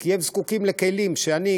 כי הם זקוקים לכלים שאני,